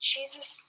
Jesus